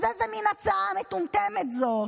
אז איזו מין הצעה מטומטמת זאת?